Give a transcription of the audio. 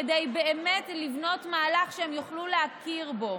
כדי באמת לבנות מהלך שהם יוכלו להכיר בו.